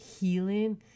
healing